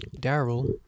Daryl